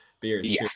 beers